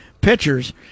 pitchers